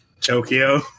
Tokyo